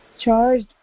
charged